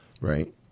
Right